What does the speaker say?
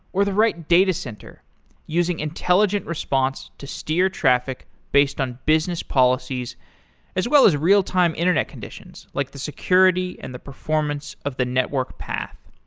or the right datacenter using intelligent response to steer traffic based on business policies as well as real time internet conditions, like the security and the performance of the network path.